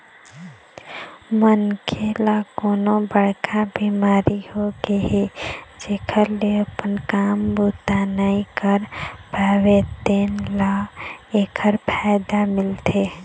मनखे ल कोनो बड़का बिमारी होगे हे जेखर ले अपन काम बूता नइ कर पावय तेन ल एखर फायदा मिलथे